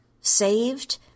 saved